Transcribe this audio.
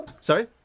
Sorry